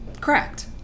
Correct